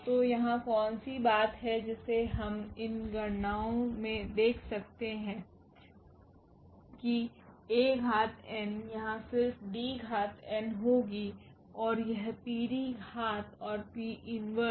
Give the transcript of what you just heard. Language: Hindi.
तो यहाँ कौन सी बात है जिसे हम इन गणनाओं से देख सकते हैं कि A घात n यहाँ सिर्फ D घात n होगी और यह PD घात और P इन्वर्स